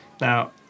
Now